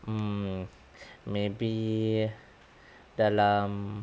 um maybe dalam